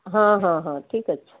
ହଁ ହଁ ହଁ ଠିକ୍ ଅଛି